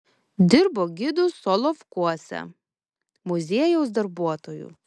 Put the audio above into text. dirbo gidu solovkuose muziejaus darbuotoju